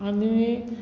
आनी